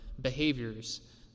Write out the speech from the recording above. behaviors